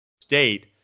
state